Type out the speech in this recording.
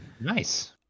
Nice